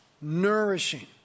nourishing